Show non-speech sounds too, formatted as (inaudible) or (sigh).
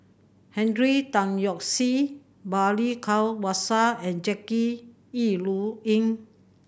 Henry Tan Yoke See Balli Kaur (unintelligible) and Jackie Yi Ru Ying